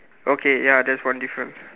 okay ya that's one difference